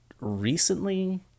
recently